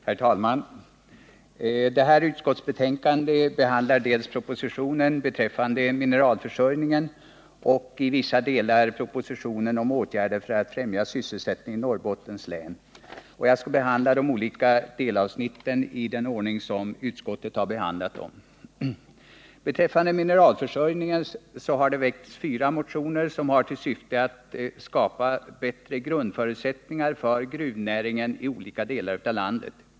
Herr talman! Detta utskottsbetänkande behandlar propositionen om mineralförsörjningen och i vissa delar propositionen om åtgärder för att främja sysselsättningen i Norrbottens län. Jag skall beröra de olika avsnitten i den ordning i vilken utskottet har behandlat dem. Beträffande mineralförsörjningen har det väckts fyra motioner som har till syfte att skapa bättre grundförutsättningar för gruvnäringen i olika delar av landet.